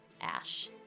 ash